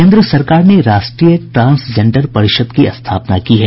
केन्द्र सरकार ने राष्ट्रीय ट्रांसजेंडर परिषद की स्थापना की है